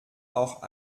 auch